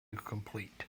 complete